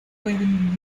pueden